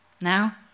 now